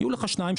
יהיו לך שניים,